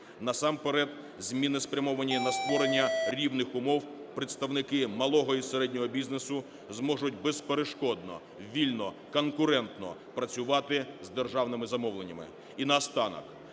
Насамперед зміни спрямовані на створення рівних умов. Представники малого і середнього бізнесу зможуть безперешкодно, вільно, конкурентно працювати з державними замовленнями. І наостанок